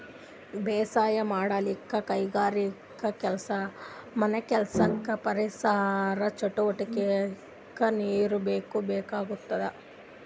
ಬೇಸಾಯ್ ಮಾಡಕ್ಕ್ ಕೈಗಾರಿಕೆಗಾ ಮನೆಕೆಲ್ಸಕ್ಕ ಪರಿಸರ್ ಚಟುವಟಿಗೆಕ್ಕಾ ನೀರ್ ಬೇಕೇ ಬೇಕಾಗ್ತದ